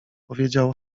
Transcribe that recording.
powiedział